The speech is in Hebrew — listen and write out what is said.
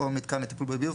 או מתקן לטיפול בביוב,